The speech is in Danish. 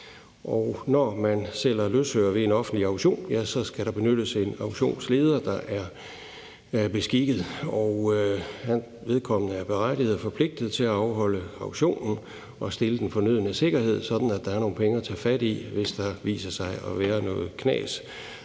Når man sælger løsøre ved en offentlig auktion, skal der benyttes en auktionsleder, der er beskikket, og vedkommende er berettiget og forpligtet til at afholde auktionen og stille den fornødne sikkerhed, sådan at der er nogle penge at tage fat i, hvis der viser sig at være noget